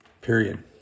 Period